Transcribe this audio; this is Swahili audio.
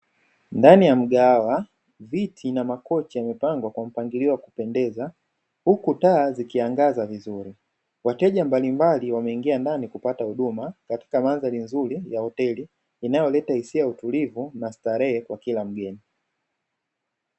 Ndani ya mgahawa viti na Makochi yamepangwa katika mazingira ya kupendeza huku taa zikiangaza vizuri, wateja mbalimbali wameingia ndani kupata huduma katika mandhari nzuri ya hoteli, inayoleta hisia ya utulivu na starehe kwa kila mgeni.